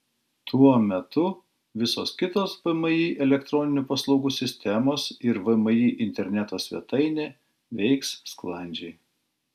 tuo metu visos kitos vmi elektroninių paslaugų sistemos ir vmi interneto svetainė veiks sklandžiai